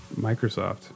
Microsoft